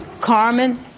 Carmen